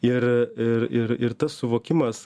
ir ir ir ir tas suvokimas